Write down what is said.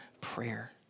prayer